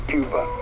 Cuba